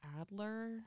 Adler